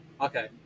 Okay